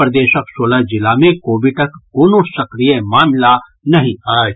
प्रदेशक सोलह जिला मे कोविडक कोनो सक्रिय मामिला नहि अछि